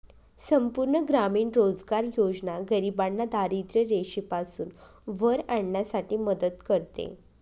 संपूर्ण ग्रामीण रोजगार योजना गरिबांना दारिद्ररेषेपासून वर आणण्यासाठी मदत करते